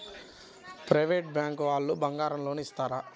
Private bank వాళ్ళు బంగారం loan ఇస్తారా?